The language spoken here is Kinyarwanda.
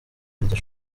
iryo